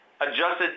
adjusted